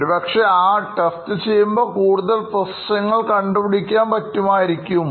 ഒരുപക്ഷേ നിങ്ങൾക്ക് കൂടുതൽ പ്രശ്നങ്ങൾ കണ്ടു പിടിക്കാൻ പറ്റുമായിരിക്കും